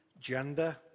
gender